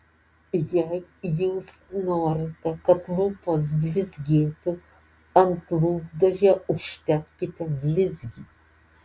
jei jūs norite kad lūpos blizgėtų ant lūpdažio užtepkite blizgį